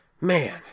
Man